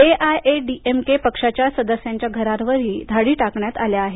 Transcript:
AIADMK पक्षाच्या सदस्यांच्या घरावरही धाडी टाकण्यात आल्या आहेत